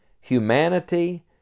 humanity